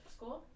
School